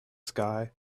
sky